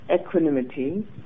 equanimity